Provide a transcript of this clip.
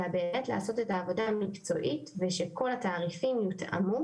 אלא באמת לעשות את העבודה המקצועית ביותר ושכל התעריפים יותאמו